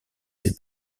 ses